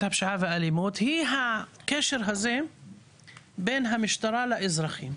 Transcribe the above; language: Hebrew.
הפשיעה והאלימות היא הקשר הזה בין המשטרה לאזרחים.